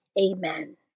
Amen